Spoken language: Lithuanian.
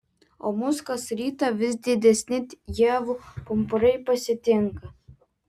o mus kas rytą vis didesni ievų pumpurai pasitinka